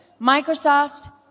Microsoft